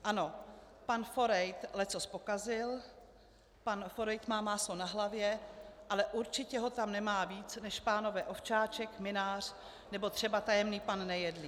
Ano, pan Forejt leccos pokazil, pan Forejt má máslo na hlavě, ale určitě ho tam nemá víc než pánové Ovčáček, Mynář nebo třeba tajemník pan Nejedlý.